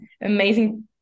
amazing